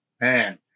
Man